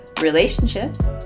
relationships